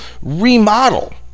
remodel